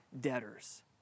debtors